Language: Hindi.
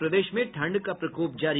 और प्रदेश में ठंड का प्रकोप जारी